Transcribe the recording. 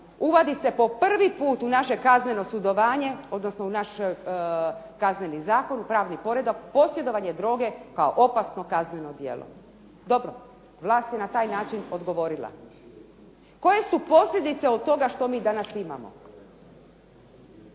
uvodi se po prvi put u naše kazneno sudovanje odnosno u naš Kazneni zakon, u pravni poredak posjedovanje droge kao opasno kazneno djelo. Dobro, vlast je na taj način odgovorila. Koje su posljedice od toga što mi danas imamo?